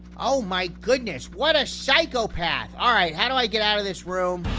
oh, my goodness. what a psychopath. all right, how do i get out of this room?